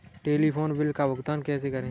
Telephone bill का भुगतान कैसे करें?